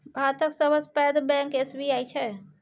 भातक सबसँ पैघ बैंक एस.बी.आई छै